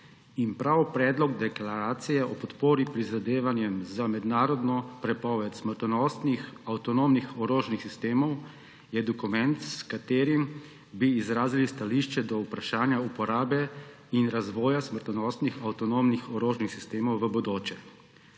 Prav predlog deklaracije o podpori prizadevanjem za mednarodno prepoved smrtonosnih avtonomnih orožnih sistemov je dokument, s katerim bi izrazili stališče do vprašanja uporabe in razvoja smrtonosnih avtonomnih orožnih sistemov v bodoče.